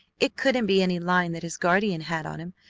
it couldn't be any line that his guardian had on him,